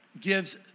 gives